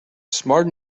smart